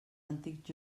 antics